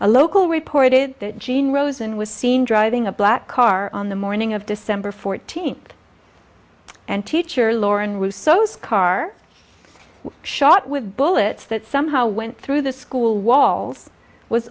a local report is that gene rosen was seen driving a black car on the morning of december fourteenth and teacher lauren rousseau's car shot with bullets that somehow went through the school walls was